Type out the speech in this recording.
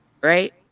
right